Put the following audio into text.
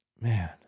man